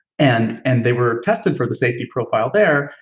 and and they were tested for the safety profile there,